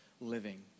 living